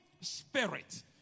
Spirit